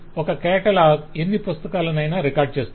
ఒక కేటలాగ్ ఎన్ని పుస్తకాలను అయినా రికార్డ్ చేస్తుంది